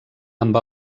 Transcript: amb